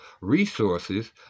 resources